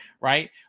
right